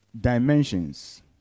dimensions